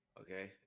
Okay